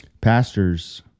Pastors